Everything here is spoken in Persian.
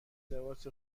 لباس